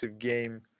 game